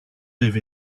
live